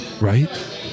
right